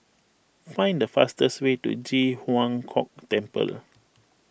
find the fastest way to Ji Huang Kok Temple